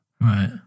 Right